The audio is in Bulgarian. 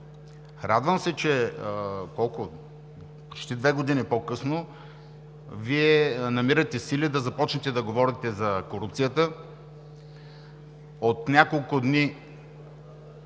Радвам се, че почти две години по-късно Вие намирате сили да започнете да говорите за корупцията, а от няколко дни